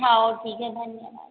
आओ ठीक है धन्यवाद